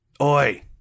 Oi